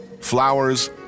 flowers